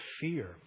fear